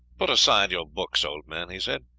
put aside your books, old man, he said.